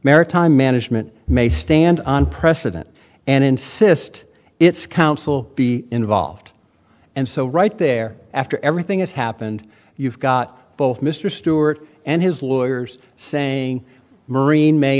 maritime management may stand on precedent and insist its council be involved and so right there after everything that's happened you've got both mr stewart and his lawyers saying marine may